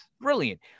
brilliant